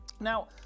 Now